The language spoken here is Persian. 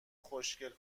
خوشگل